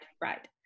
right